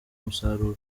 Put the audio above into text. umusaruro